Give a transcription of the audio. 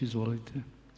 Izvolite.